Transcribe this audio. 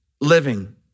living